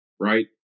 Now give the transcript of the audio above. Right